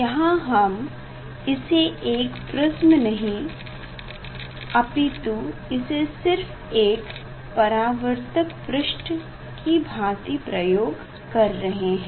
यहाँ हम इसे एक प्रिस्म नहीं अपितु इसे सिर्फ एक परावर्तक पृष्ठ की भाँति प्रयोग कर रहे हैं